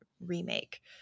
remake